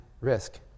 risk